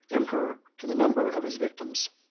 emperor to the number of his victims.